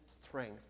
strength